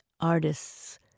artists